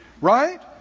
Right